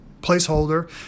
placeholder